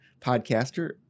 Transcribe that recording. podcaster